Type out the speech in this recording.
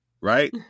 right